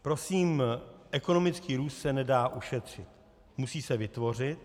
Prosím, ekonomický růst se nedá ušetřit, musí se vytvořit.